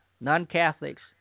Non-Catholics